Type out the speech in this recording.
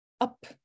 up